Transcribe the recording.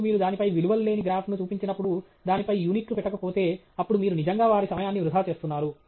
మరియు మీరు దానిపై విలువలు లేని గ్రాఫ్ను చూపించినప్పుడు దానిపై యూనిట్లు పెట్టకపోతే అప్పుడు మీరు నిజంగా వారి సమయాన్ని వృథా చేస్తున్నారు